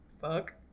Fuck